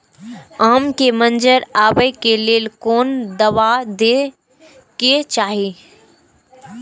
आम के मंजर आबे के लेल कोन दवा दे के चाही?